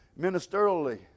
ministerially